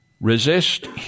Resist